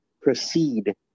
proceed